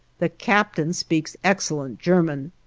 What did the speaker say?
the captain speaks excellent german,